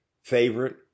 favorite